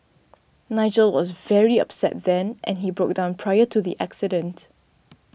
Nigel was very upset then and he broke down prior to the accident